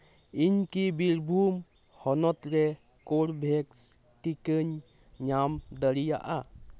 ᱤᱧ ᱠᱤ ᱵᱤᱨᱵᱷᱩᱢ ᱦᱚᱱᱚᱛ ᱨᱮ ᱠᱳᱨᱵᱷᱮᱠᱥ ᱴᱤᱠᱟᱹᱧ ᱧᱟᱢ ᱫᱟᱲᱤᱭᱟᱜᱼᱟ